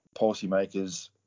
policymakers